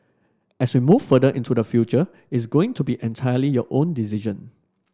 as we move further into the future it's going to be entirely your own decision